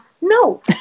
No